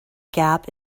gap